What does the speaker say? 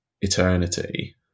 Eternity